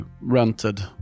rented